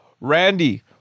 Randy